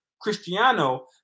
Cristiano